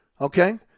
Okay